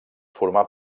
formà